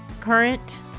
current